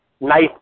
nice